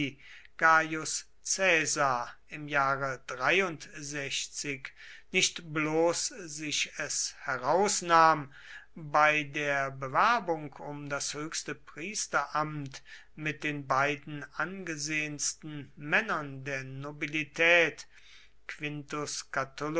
im jahre nicht bloß sich es herausnahm bei der bewerbung um das höchste priesteramt mit den beiden angesehensten männern der nobilität quintus